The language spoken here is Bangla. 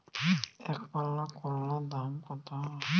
একপাল্লা করলার দাম কত?